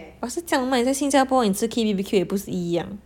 orh 是这样 meh 你在新加坡你吃 K_B_B_Q 也不是一样